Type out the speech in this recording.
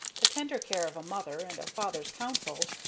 the tender care of a mother, and a father's counsel,